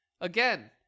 Again